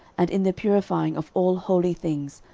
and in the purifying of all holy things,